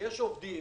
ויש עובדים